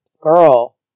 Girl